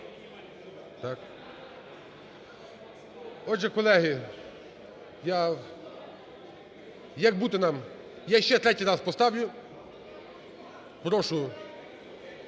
залі) Отже, колеги, як бути нам? Я ще третій раз поставлю. Прошу…